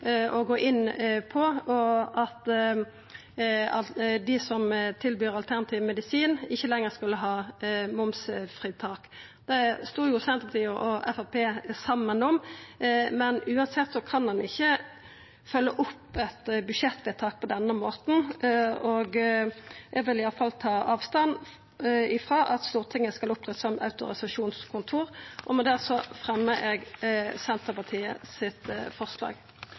gå inn på at dei som tilbyr alternativ medisin, ikkje lenger skulle ha momsfritak. Det stod jo Senterpartiet og Framstegspartiet saman om. Men uansett kan ein ikkje følgja opp eit budsjettvedtak på denne måten. Eg vil iallfall ta avstand frå at Stortinget skal opptre som eit «autorisasjonskontor». Med dette fremjar eg det forslaget Senterpartiet